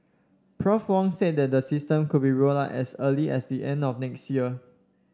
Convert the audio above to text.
Prof Wong said the system could be rolled out as early as the end of next year